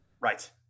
right